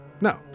no